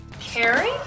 Carrie